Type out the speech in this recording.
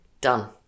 Done